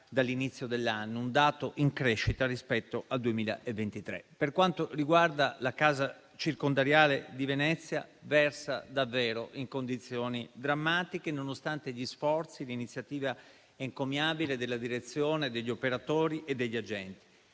dall'inizio dell'anno: un dato in crescita rispetto al 2023. Per quanto riguarda la casa circondariale di Venezia, essa versa davvero in condizioni drammatiche, nonostante gli sforzi di iniziativa encomiabile della direzione, degli operatori e degli agenti.